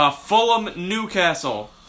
Fulham-Newcastle